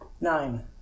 Nine